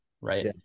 right